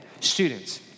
Students